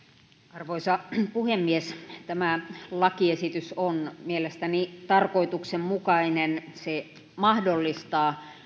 arvoisa puhemies tämä lakiesitys on mielestäni tarkoituksenmukainen se mahdollistaa